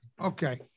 Okay